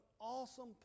awesome